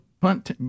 punt